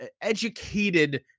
educated